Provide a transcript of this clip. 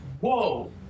Whoa